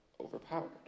overpowered